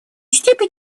степени